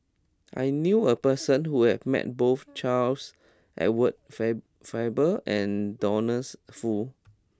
I knew a person who has met both Charles Edward Faber and Douglas Foo